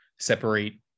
separate